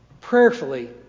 prayerfully